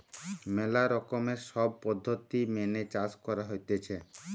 ম্যালা রকমের সব পদ্ধতি মেনে চাষ করা হতিছে